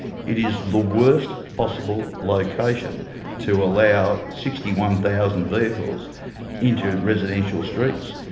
it is the worst possible location to allow sixty one thousand vehicles into residential streets.